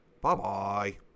Bye-bye